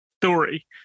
story